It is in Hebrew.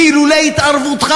ואילולא התערבותך